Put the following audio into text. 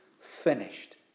finished